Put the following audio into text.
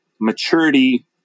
maturity